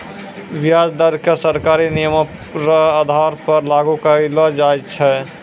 व्याज दर क सरकारी नियमो र आधार पर लागू करलो जाय छै